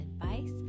advice